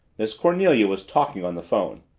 miss cornelia was talking on the phone.